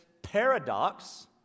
paradox